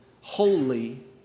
holy